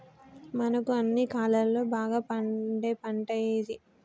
మనకు అన్ని కాలాల్లో బాగా పండే పంట ఏది?